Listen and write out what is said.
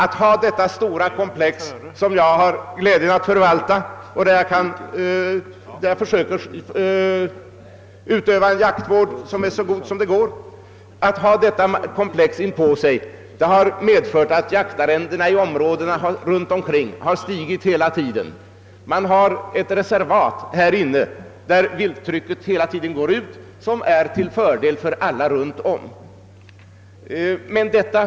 På det stora komplex som jag har glädjen att få förvalta försöker jag utöva jaktvård så gott det går, och jaktens värde liksom jaktarrendena i områdena runt omkring detta reservat har stigit, eftersom vilttrycket hela tiden riktar sig utåt, till fördel för alla som har marker runt omkring.